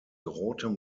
rotem